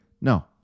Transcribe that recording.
No